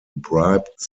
bribed